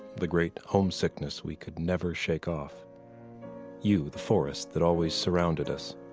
the great homesickness we could never shake off you, the forest that always surrounded us